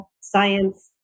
science